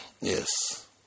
Yes